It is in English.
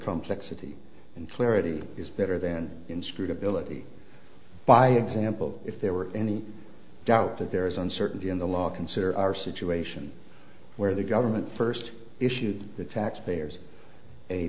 complexity and clarity is better than inscrutability by example if there were any doubt that there is uncertainty in the law consider our situation where the government first issued the taxpayers a